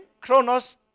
chronos